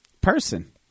person